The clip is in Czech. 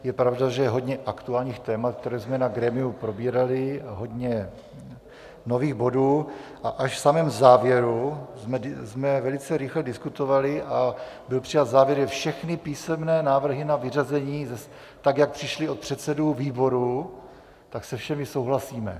Je pravda, že je hodně aktuálních témat, která jsme na grémiu probírali, a hodně nových bodů a až v samém závěru jsme velice rychle diskutovali a byl přijat závěr, že všechny písemné návrhy na vyřazení, tak jak přišly od předsedů výboru, tak se všemi souhlasíme.